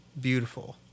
beautiful